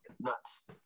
nuts